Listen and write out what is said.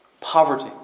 poverty